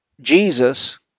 Jesus